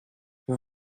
vous